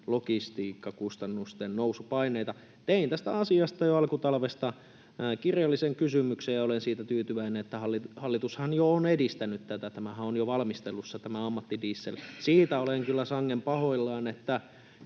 logistiikkakustannusten nousupaineita. Tein tästä asiasta jo alkutalvesta kirjallisen kysymyksen, ja olen siitä tyytyväinen, että hallitushan on jo edistänyt tätä — tämä ammattidieselhän on jo valmistelussa. Siitä olen kyllä sangen pahoillani, että